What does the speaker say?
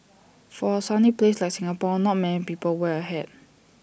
for A sunny place like Singapore not many people wear A hat